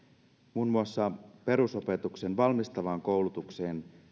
muun muassa perusopetuksen valmistavaan koulutukseen